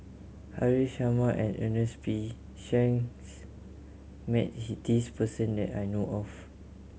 Haresh Sharma and Ernest P Shanks met this person that I know of